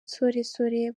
nsoresore